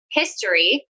history